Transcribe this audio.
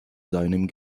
seinem